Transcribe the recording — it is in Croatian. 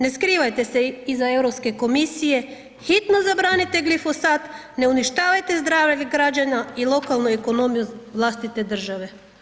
Ne skrivajte se iza Europske komisije, hitno zabranite glifosat, ne uništavajte zdravlje građana i lokalnu ekonomiju vlastite države.